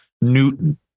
Newton